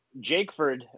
Jakeford